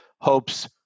hopes